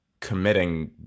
committing